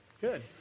good